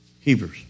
Hebrews